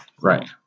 Right